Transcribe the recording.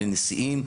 לנשיאים,